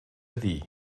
dir